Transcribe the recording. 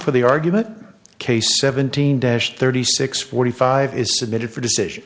for the argument case seventeen dash thirty six forty five is submitted for decision